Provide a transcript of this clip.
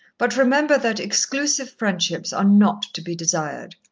but remember that exclusive friendships are not to be desired.